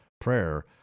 prayer